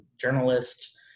journalist